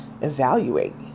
evaluate